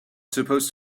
supposed